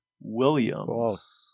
Williams